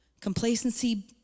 complacency